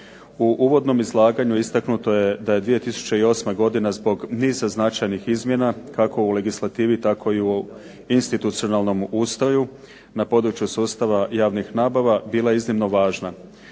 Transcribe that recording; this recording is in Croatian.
U uvodnom izlaganju istaknuto je da je 2008. godina zbog niza značajnih izmjena kako u legislativi tako i u institucionalnom ustroju na području sustava javnih nabava bila iznimno važna.